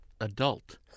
adult